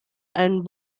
and